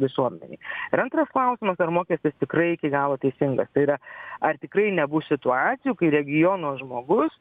visuomenei ir antras klausimas ar mokestis tikrai iki galo teisingas tai yra ar tikrai nebus situacijų kai regiono žmogus